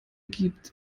gibt